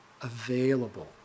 available